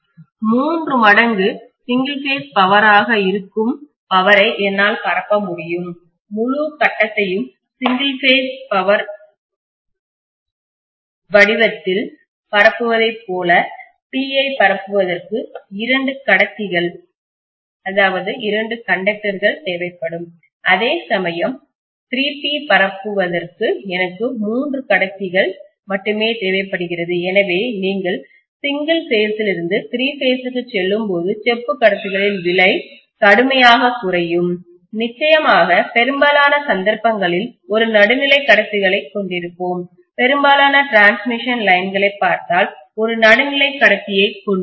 மூன்று மடங்கு single phase பவராக இருக்கும் பவரை என்னால் பரப்ப முடியும் முழு கட்டத்தையும் சிங்கிள் பேஸ் பவர் வடிவத்தில் பரப்புவதைப் போல P ஐ பரப்புவதற்கு இரண்டு கடத்திகள்கண்டக்டர் தேவைப்படும் அதேசமயம் 3P பரப்புவதற்கு எனக்கு 3 கடத்திகள்கண்டக்டர் மட்டுமே தேவைப்படுகிறது எனவே நீங்கள் சிங்கிள் பேஸ் லிருந்து திரி பேஸ் க்கு செல்லும்போது செப்பு கடத்திகளின் விலை கடுமையாகக் குறையும் நிச்சயமாக பெரும்பாலான சந்தர்ப்பங்களில் ஒரு நடுநிலை கடத்திகளை கொண்டிருப்போம் பெரும்பாலான டிரான்ஸ்மிஷன் லைன்கோடுகளைப் பார்த்தால் ஒரு நடுநிலை கடத்தியைக் கொண்டிருப்போம்